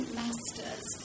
masters